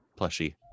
plushie